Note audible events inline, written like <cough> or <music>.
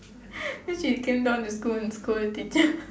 <laughs> so she came down to school and scold the teacher